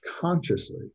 consciously